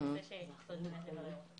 זה נושא שצריך באמת לברר אותו.